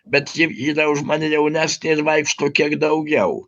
bet ji yra už mane jaunesnė ir vaikšto kiek daugiau